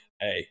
hey